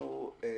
יעל,